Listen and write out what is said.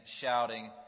shouting